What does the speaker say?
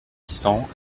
cents